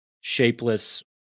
shapeless